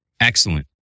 Excellent